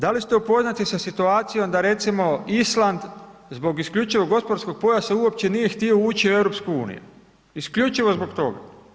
Da li ste upoznati sa situacijom da recimo Island zbog isključivog gospodarskog pojasa uopće nije htio ući u EU, isključivo zbog toga.